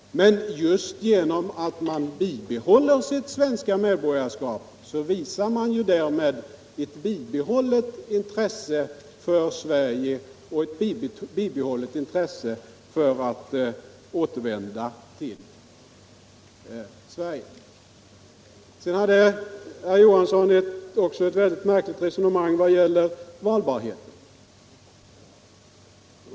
Men just genom att man bibehåller sitt svenska medborgarskap visar man ett bibehållet intresse för Sverige — och ett bibehållet intresse för att återvända till Sverige. Sedan förde herr Johansson också ett mycket märkligt resonemang om valbarheten.